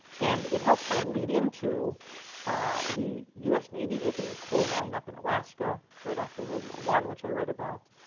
and it helps kind of lead into the u s. navy opening a coal mine up in alaska right after world war i which i write about.